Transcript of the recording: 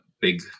big